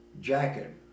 jacket